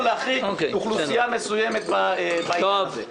להחריג אוכלוסייה מסוימת בעיתוי הזה".